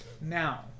Now